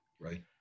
right